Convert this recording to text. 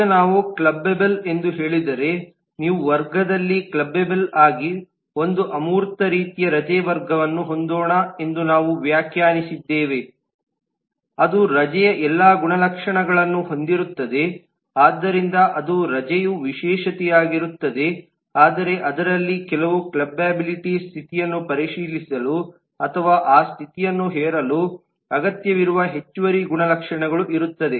ಈಗ ನಾವು ಕ್ಲಬ್ಬೆಬಲ್ ಎಂದು ಹೇಳಿದರೆ ನೀವು ವರ್ಗದಲ್ಲಿ ಕ್ಲಬ್ಬೆಬಲ್ ಆಗಿ ಒಂದು ಅಮೂರ್ತ ರೀತಿಯ ರಜೆ ವರ್ಗವನ್ನು ಹೊಂದೋಣ ಎಂದು ನಾವು ವ್ಯಾಖ್ಯಾನಿಸಿದ್ದೇವೆ ಅದು ರಜೆಯ ಎಲ್ಲಾ ಗುಣಲಕ್ಷಣಗಳನ್ನು ಹೊಂದಿರುತ್ತದೆ ಆದ್ದರಿಂದ ಅದು ರಜೆಯ ವಿಶೇಷತೆಯಾಗಿರುತ್ತದೆ ಆದರೆ ಅದರಲ್ಲಿ ಕೆಲವು ಕ್ಲಬ್ಬೆಬಿಲಿಟಿ ಸ್ಥಿತಿಯನ್ನು ಪರಿಶೀಲಿಸಲು ಅಥವಾ ಆ ಸ್ಥಿತಿಯನ್ನು ಹೇರಲು ಅಗತ್ಯವಿರುವ ಹೆಚ್ಚುವರಿ ಗುಣಲಕ್ಷಣಗಳು ಇರುತ್ತದೆ